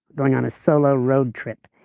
going on a solo road trip.